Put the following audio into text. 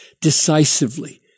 decisively